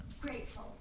grateful